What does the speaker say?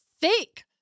fake